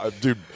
Dude